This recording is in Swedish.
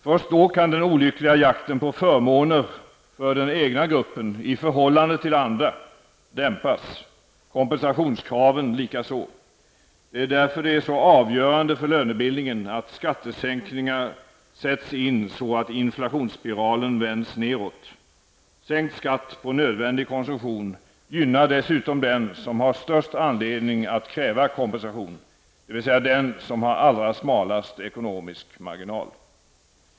Först då kan den olyckliga jakten på förmåner för den egna gruppen i förhållande till andra dämpas, kompensationskraven likaså. Det är därför det är så avgörande för lönebildningen att skattesänkningar sätts in så att inflationsspiralen vänds neråt. Sänkt skatt på nödvändig konsumtion gynnar dessutom den som har störst anledning att kräva kompensation, dvs. den som har allra smalast ekonomisk marginal.